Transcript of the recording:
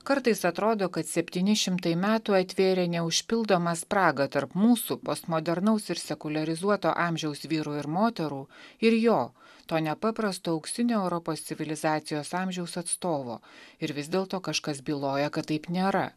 kartais atrodo kad septyni šimtai metų atvėrė neužpildomą spragą tarp mūsų postmodernaus ir sekuliarizuoto amžiaus vyrų ir moterų ir jo to nepaprasto auksinio europos civilizacijos amžiaus atstovo ir vis dėlto kažkas byloja kad taip nėra